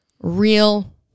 real